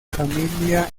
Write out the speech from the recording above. familia